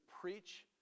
preach